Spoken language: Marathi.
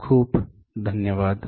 खूप खूप धन्यवाद